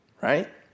right